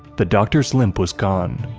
the doctor's limp was gone,